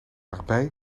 erbij